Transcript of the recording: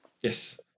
yes